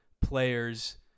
players